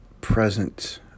present